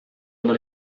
alla